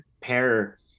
pair